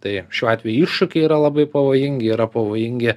tai šiuo atveju iššūkiai yra labai pavojingi yra pavojingi